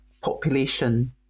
population